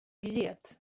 get